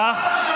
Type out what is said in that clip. כך,